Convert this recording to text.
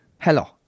Hello